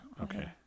Okay